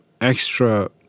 extra